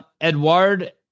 Edward